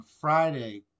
Friday